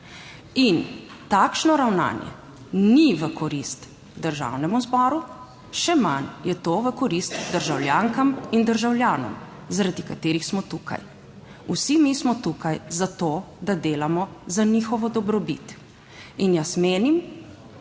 in takšno ravnanje ni v korist Državnemu zboru, še manj je to v korist državljankam in državljanom zaradi katerih smo tukaj. Vsi mi smo tukaj zato, da delamo za njihovo dobrobit in jaz menim